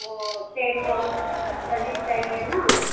वो टेंट ओंट सभी चाहिए ना